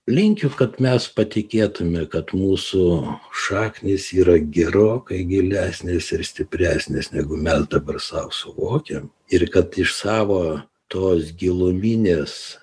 linkiu kad mes patikėtume kad mūsų šaknys yra gerokai gilesnės ir stipresnės negu mes dabar sau suvokiam ir kad iš savo tos giluminės